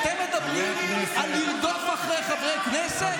אתם מדברים על לרדוף אחרי חברי כנסת?